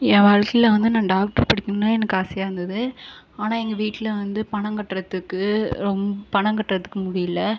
என் வாழ்க்கையில் வந்து நான் டாக்டரு படிக்கணும்னு எனக்கு ஆசையாக இருந்தது ஆனால் எங்கள் வீட்டில் வந்து பணம் கட்டுறதுக்கு ரொம் பணம் கட்டுறதுக்கு முடியல